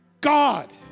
God